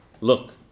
Look